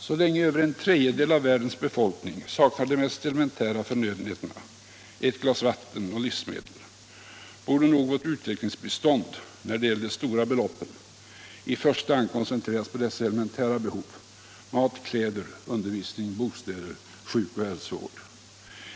Så länge över en tredjedel av världens befolkning saknar de mest elementära förnödenheterna — ettglas vatten och livsmedel —- borde nog vårt utvecklingsbistånd när det gäller de stora beloppen i första hand koncentreras på dessa elementära behov, mat, kläder, undervisning, bostäder, sjukoch hälsovård.